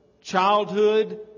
childhood